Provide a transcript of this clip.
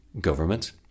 Government